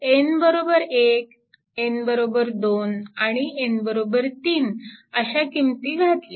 यामध्ये n1 n2 आणि n3 अशा किमती घातल्या